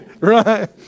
Right